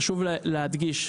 חשוב להדגיש,